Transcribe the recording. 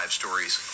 stories